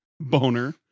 Boner